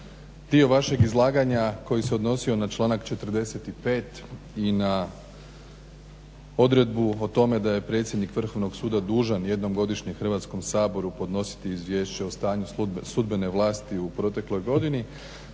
dio vašeg izlaganja koji se odnosio na članak 45. i na odredbu o tome da je predsjednik Vrhovnog suda dužan jednom godišnje Hrvatskom saboru podnositi izvješće o stanju sudbene vlasti u protekloj godini.